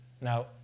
Now